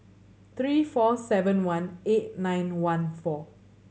three four seven one eight nine one four